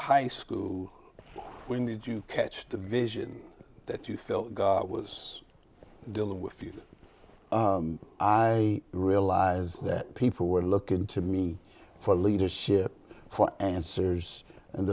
high school when did you catch the vision that you felt was dealing with you i realize that people were looking to me for leadership answers and